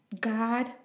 God